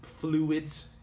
fluids